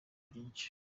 byinshi